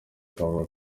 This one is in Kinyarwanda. akavuga